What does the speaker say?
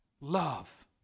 love